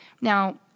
Now